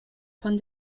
von